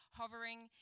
hovering